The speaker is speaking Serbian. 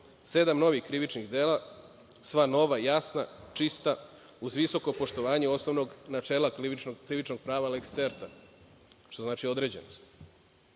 Sedam novih krivičnih dela, sva nova, jasna, čista uz visoko poštovanje osnovnog načela krivičnog prava leks serta, što znači određenost.